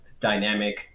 dynamic